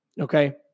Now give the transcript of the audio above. Okay